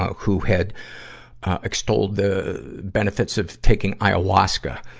who had extolled the benefits of taking ayahuasca.